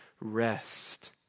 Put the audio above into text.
rest